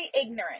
ignorant